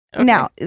Now